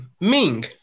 Ming